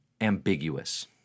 ambiguous